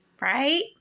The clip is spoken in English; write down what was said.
right